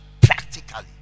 practically